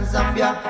Zambia